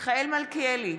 מיכאל מלכיאלי,